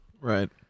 Right